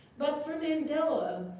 but for mandela,